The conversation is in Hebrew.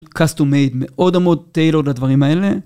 custom made מאוד מאוד tailor לדברים האלה